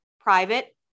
Private